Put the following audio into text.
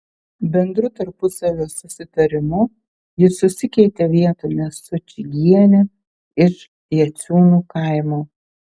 bendru tarpusavio susitarimu jis susikeitė vietomis su čigiene iš jaciūnų kaimo